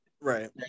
right